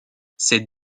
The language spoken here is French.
cette